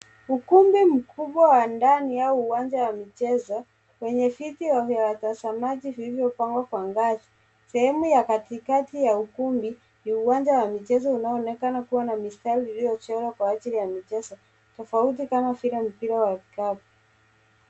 Ukumbi mkubwa wa ndani, au uwanja wa michezo, wenye viti vya watazamaji vilivyopangwa kwa ngazi. Sehemu ya katikati ya ukumbi, ni uwanja wa michezo unaonekana kuwa na mistari iliyochorwa kwa ajili ya michezo, tofatuti kama vile mpira wa kikapu.